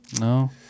No